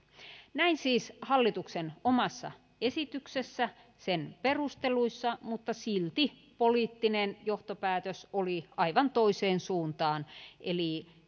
näin siis hallituksen omassa esityksessä sen perusteluissa mutta silti poliittinen johtopäätös oli aivan toiseen suuntaan eli